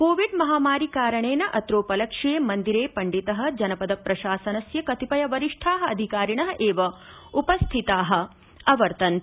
Covid महामारिकारणेन अत्रोपलक्ष्ये मंदिरे पंडितः जनपदप्रशासनस्य कतिपय वरिष्ठा अधिकारिण एव उपस्थिता आसन्